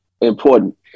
important